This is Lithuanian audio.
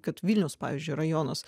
kad vilniaus pavyzdžiui rajonas